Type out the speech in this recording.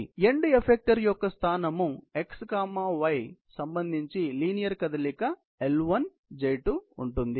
ఆపై end effector యొక్క స్థానము x y సంబంధించి లీనియర్ కదలిక L2 J2 ఉంటుంది